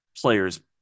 players